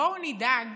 בואו נדאג